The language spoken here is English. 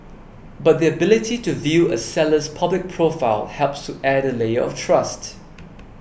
but the ability to view a seller's public profile helps to add a layer of trust